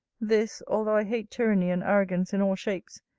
this, although i hate tyranny and arrogance in all shapes,